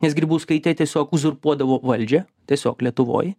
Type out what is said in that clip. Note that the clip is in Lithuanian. nes grybauskaitė tiesiog uzurpuodavo valdžią tiesiog lietuvoj